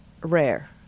rare